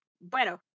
bueno